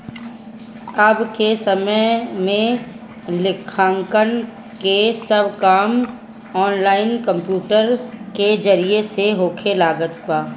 अबके समय में लेखाकरण के सब काम ऑनलाइन कंप्यूटर के जरिया से होखे लागल बाटे